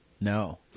No